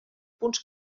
punts